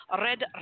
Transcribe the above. Red